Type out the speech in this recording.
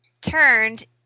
turned